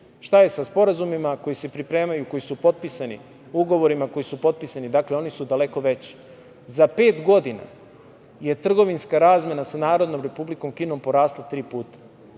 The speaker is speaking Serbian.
Šta je sa sporazumima koji se pripremaju, koji su potpisani, ugovorima koji su potpisani? Dakle, oni su daleko veći. Za pet godina je trgovinska razmena sa Narodnom Republikom Kinom porasla tri puta,